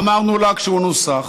אמרנו לה כשהוא נוסח,